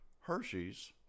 Hershey's